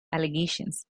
allegations